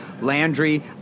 Landry